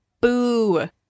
Boo